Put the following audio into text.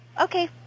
Okay